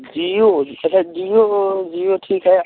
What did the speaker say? जीओ अच्छा जीओ जिओ ठीक है